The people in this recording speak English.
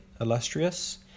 illustrious